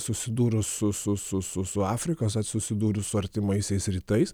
susidūrus su su su su afrikos ar susidūrus su artimaisiais rytais